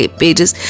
pages